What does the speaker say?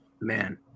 man